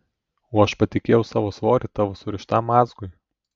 o aš patikėjau savo svorį tavo surištam mazgui